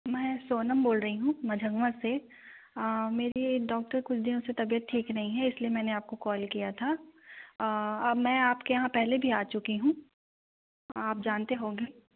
मैं सोनम बोल रही हूँ मझौवां से मेरी डॉक्टर कुछ दिनों से तबियत ठीक नहीं है इसलिए मैंने आपको कॉल किया था अब मैं आपके यहाँ पहले भी आ चुकी हूँ आप जानते होंगे